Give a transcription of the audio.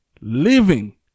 living